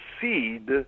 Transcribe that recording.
seed